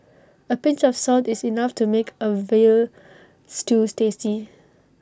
A pinch of salt is enough to make A Veal Stews tasty